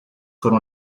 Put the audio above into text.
foram